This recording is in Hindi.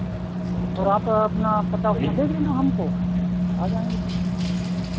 और आप अपना पता वता दे देना हमको आ जाएँगे फिर